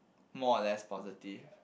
more or less positive